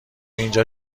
اینجا